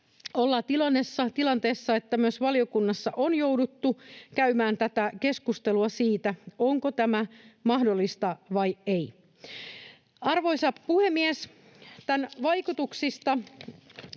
ollaan tilanteessa, että myös valiokunnassa on jouduttu käymään tätä keskustelua siitä, onko tämä mahdollista vai ei. Arvoisa puhemies! Tämän vaikutuksista